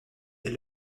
est